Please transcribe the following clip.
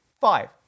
five